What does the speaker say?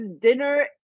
dinner